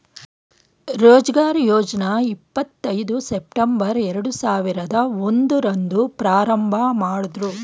ರೋಜ್ಗಾರ್ ಯೋಜ್ನ ಇಪ್ಪತ್ ಐದು ಸೆಪ್ಟಂಬರ್ ಎರಡು ಸಾವಿರದ ಒಂದು ರಂದು ಪ್ರಾರಂಭಮಾಡುದ್ರು